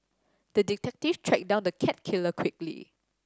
the detective tracked down the cat killer quickly